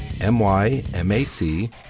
M-Y-M-A-C